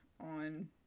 on